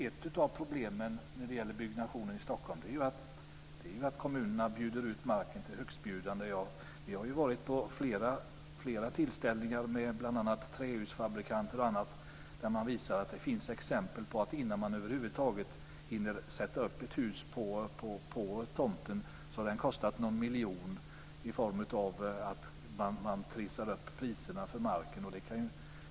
Ett av problemen med byggandet i Stockholm är att kommunerna bjuder ut marken till högstbjudande. Jag har varit med vid flera tillfällen där bl.a. trähusfabrikanter sagt att innan man hinner sätta upp ett hus på en tomt har priset på denna trissats upp till någon miljon.